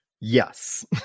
Yes